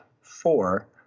four